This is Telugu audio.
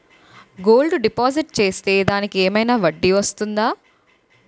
గోల్డ్ డిపాజిట్ చేస్తే దానికి ఏమైనా వడ్డీ వస్తుందా?